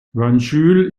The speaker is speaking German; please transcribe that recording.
banjul